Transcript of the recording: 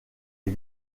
les